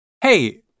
Hey